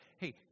hey